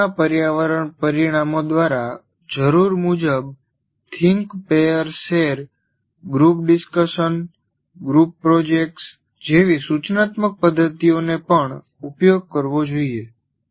ભણતરના પર્યાવરણ પરિણામો દ્વારા જરૂર મુજબ think pair share group discussion group projects જેવી સૂચનાત્મક પદ્ધતિઓને પણ ઉપયોગ કરવો જોઈએ